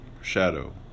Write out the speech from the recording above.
shadow